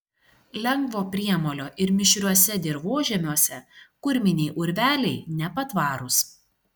lengvo priemolio ir mišriuose dirvožemiuose kurminiai urveliai nepatvarūs